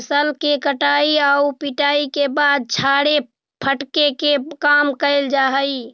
फसल के कटाई आउ पिटाई के बाद छाड़े फटके के काम कैल जा हइ